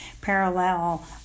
parallel